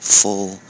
full